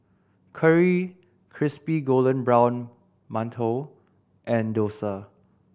curry crispy golden brown mantou and dosa